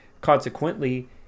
consequently